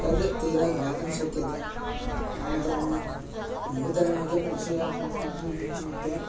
तद् तेन ज्ञातुं शक्यते अनन्तरं नूतननूतनविषयाः अस्माभिः ज्ञायन्ते